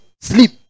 sleep